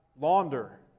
launder